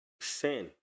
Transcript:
Sin